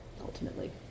ultimately